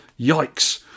Yikes